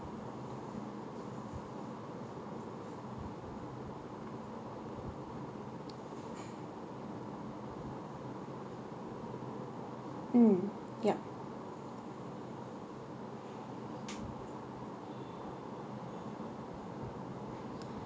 mm yup